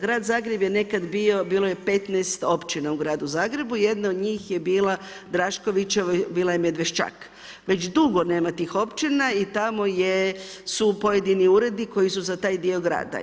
Grad Zagreb je nekada bio, bilo je 15 općina u Gradu Zagrebu i jedna od njih je bila Draškovićevoj, bila je Medvešćak, već dugo nema tih općina i tamo su pojedini uredi koji su za taj dio grada.